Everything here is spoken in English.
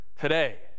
today